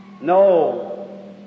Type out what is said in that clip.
no